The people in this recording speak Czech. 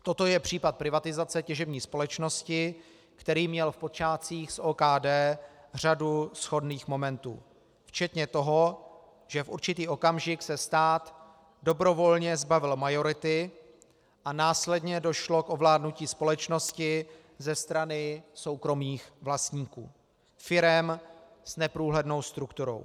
Toto je případ privatizace těžební společnosti, který měl v počátcích s OKD řadu shodných momentů, včetně toho, že v určitý okamžik se stát dobrovolně zbavil majority a následně došlo k ovládnutí společnosti ze strany soukromých vlastníků, firem s neprůhlednou strukturou.